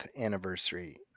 anniversary